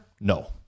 No